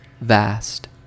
Vast